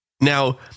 Now